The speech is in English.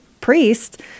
priest